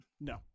No